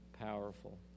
powerful